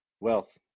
Wealth